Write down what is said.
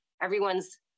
everyone's